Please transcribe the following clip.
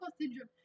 syndrome